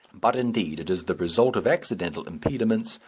but indeed it is the result of accidental impediments,